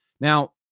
Now